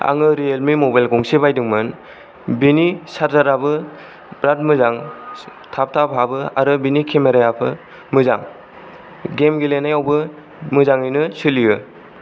आङो Realme mobile गंसे बायदोंमोन बेनि सार्जार आबो बिराद मोजां थाब थाब हाबो आरो बिनि खेमेरा याबो मोजां गेम गेलेनायावबो मोजाङैनो सोलियो